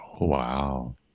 Wow